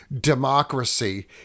democracy